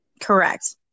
Correct